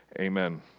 Amen